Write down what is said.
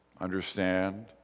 understand